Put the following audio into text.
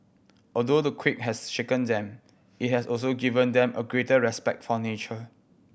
although the quake has shaken them it has also given them a greater respect for nature